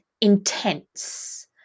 intense